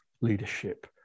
leadership